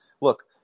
look